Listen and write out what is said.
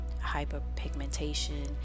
hyperpigmentation